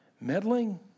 Meddling